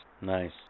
nice